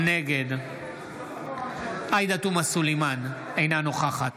נגד עאידה תומא סלימאן, אינה נוכחת